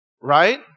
right